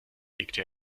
legte